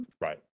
right